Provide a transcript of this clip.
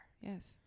Yes